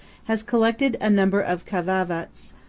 has collected a number of kai'vavits,